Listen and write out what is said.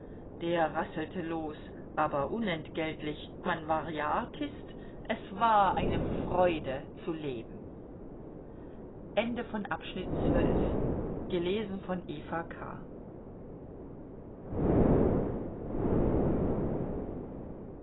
der rasselte los aber unentgeltlich man war ja artist es war eine freude zu leben